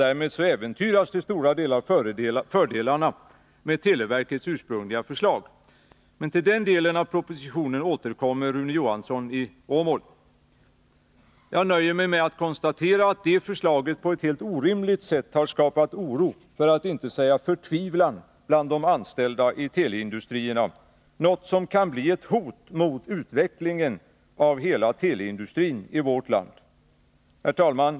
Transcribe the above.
Därmed äventyras i betydande utsträckning fördelarna med televerkets ursprungliga förslag. Men till den delen av propositionen återkommer Rune Johansson från Åmål. Jag nöjer mig med att konstatera att det förslaget på ett helt orimligt sätt har skapat oro, för att inte säga förtvivlan, bland de anställda i teleindustrierna, något som kan bli ett hot mot utvecklingen av hela teleindustrin i vårt land. Herr talman!